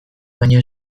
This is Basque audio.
baino